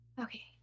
Okay